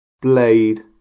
blade